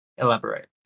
Elaborate